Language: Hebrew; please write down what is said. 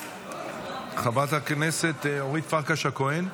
חברת הכנסת אורית פרקש הכהן.